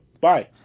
Bye